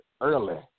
early